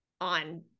on